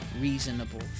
reasonable